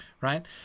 Right